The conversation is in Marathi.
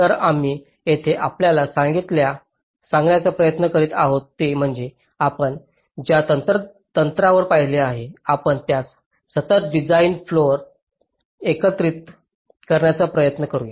तर आम्ही येथे आपल्याला सांगण्याचा प्रयत्न करीत आहोत ते म्हणजे आपण ज्या तंत्रांवर पाहिले आहे आपण त्यास सतत डिझाइन फ्लोत एकत्रित करण्याचा प्रयत्न करूया